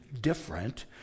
different